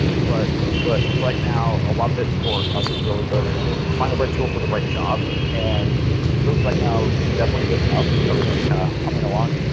but but right now, a lot of it for us is really both find the right tool for the right job and right now definitely good enough. everything is kind of humming along.